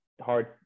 hard